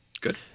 Good